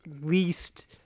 least